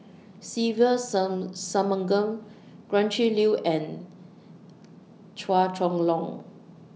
Se Ve Some Shanmugam Gretchen Liu and Chua Chong Long